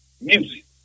Music